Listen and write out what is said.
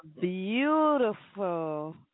beautiful